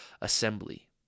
assembly